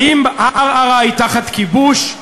האם ערערה תחת כיבוש?